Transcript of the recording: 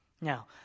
Now